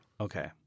Okay